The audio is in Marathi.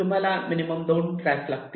तुम्हाला मिनिमम 2 ट्रॅक लागतील